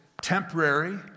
temporary